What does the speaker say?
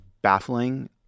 baffling